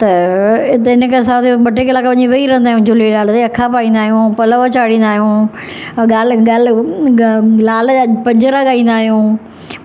त हिते हिन करे असां हुते ॿ टे कलाक वञी वेई रहंदा आहियूं झूलेलाल ते अखा पाईंदा आहियूं पलउ चाढ़ींदा आहियूं ॻाल्हि ॻाल्हि लाल जा पंजिड़ा ॻाईंदा आहियूं